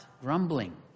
grumbling